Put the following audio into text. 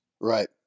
Right